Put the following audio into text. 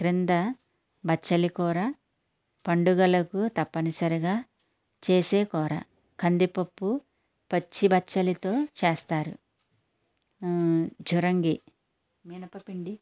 క్రింద బచ్చలి కూర పండుగలకు తప్పనిసరిగా చేసే కూర కందిపప్పు పచ్చి బచ్చలతో చేస్తారు జురంగి మినప పిండి